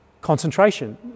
concentration